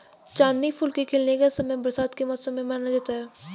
चांदनी फूल के खिलने का समय बरसात के मौसम को माना जाता है